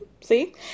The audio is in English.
see